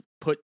put